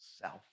self